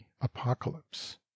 apocalypse